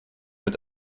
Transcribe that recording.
mit